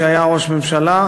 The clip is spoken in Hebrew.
כשהיה ראש הממשלה,